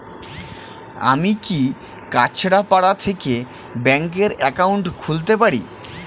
আমি কি কাছরাপাড়া থেকে ব্যাংকের একাউন্ট খুলতে পারি?